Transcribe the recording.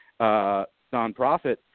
nonprofit